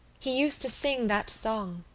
he used to sing that song,